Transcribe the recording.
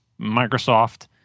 Microsoft